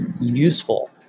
useful